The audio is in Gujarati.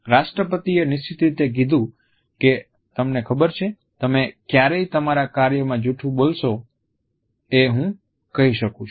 રાષ્ટ્રપતિએ નિશ્ચિત રીતે કીધું કે તમને ખબર છે તમે ક્યારેય તમારા કાર્ય માં જૂઠું બોલો છો એ હું કહી શકું છું